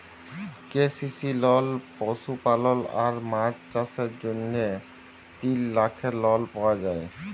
KCC লল পশুপালল আর মাছ চাষের জ্যনহে তিল লাখের লল পাউয়া যায়